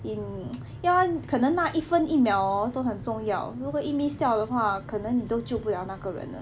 in 要不然可能那一分一秒 hor 都很重要如果一 miss 掉的话可能你都救不了那个人